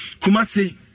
Kumasi